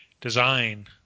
design